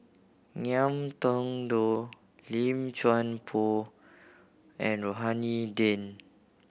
Ngiam Tong Dow Lim Chuan Poh and Rohani Din